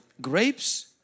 grapes